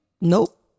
Nope